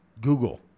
Google